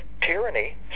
tyranny